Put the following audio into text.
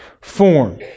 form